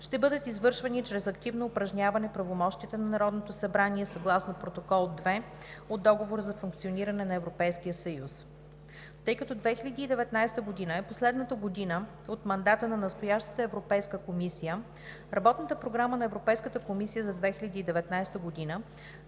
ще бъдат извършвани чрез активно упражняване правомощията на Народното събрание съгласно Протокол 2 от Договора за функциониране на Европейския съюз (ДФЕС); - Тъй като 2019 г. е последната година от мандата на настоящата Европейска комисия, Работната програма на Европейската комисия за 2019 г.